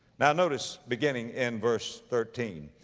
now notice beginning in verse thirteen,